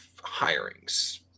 hirings